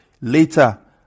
Later